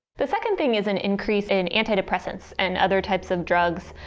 the second thing is an increase in antidepressants and other types of drugs.